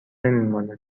نمیماند